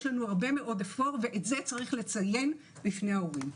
יש הרבה מאוד אפור, ואת זה יש לציין בפני ההורים.